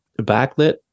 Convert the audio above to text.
backlit